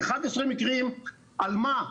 11 מקרים על מה?